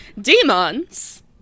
Demons